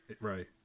Right